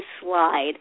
slide